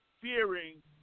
fearing